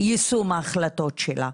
יישום ההחלטות שלה.